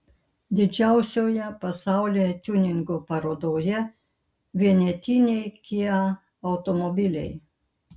didžiausioje pasaulyje tiuningo parodoje vienetiniai kia automobiliai